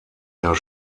jahr